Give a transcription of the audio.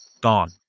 gone